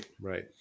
right